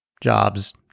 jobs